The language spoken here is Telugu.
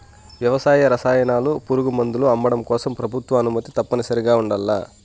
వ్యవసాయ రసాయనాలు, పురుగుమందులు అమ్మడం కోసం ప్రభుత్వ అనుమతి తప్పనిసరిగా ఉండల్ల